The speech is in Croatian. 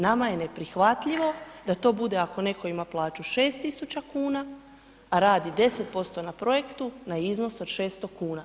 Nama je neprihvatljivo da to bude, ako netko ima plaću 6 tisuća kuna, a radi 10% na projektu, na iznos od 600 kuna.